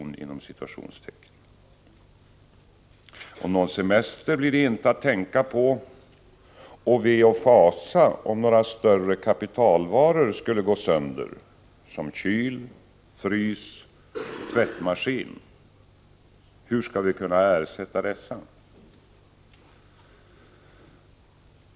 Någon semester blir det inte att tänka på, och ve och fasa om några större kapitalvaror skulle gå sönder som kyl, frys, tvättmaskin. Hur skall vi kunna ersätta dessa?